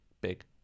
big